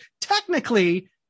technically –